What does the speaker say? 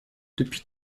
depuis